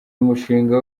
umushinga